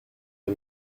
est